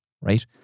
right